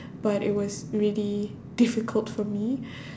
but it was really difficult for me